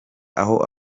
aho